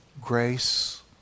grace